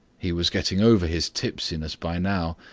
he was getting over his tipsiness by now,